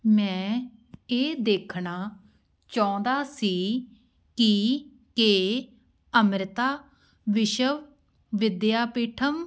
ਮੈਂ ਇਹ ਦੇਖਣਾ ਚਾਹੁੰਦਾ ਸੀ ਕੀ ਕਿ ਅੰਮ੍ਰਿਤਾ ਵਿਸ਼ਵ ਵਿਦਿਆਪੀਠਮ